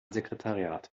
sekretariat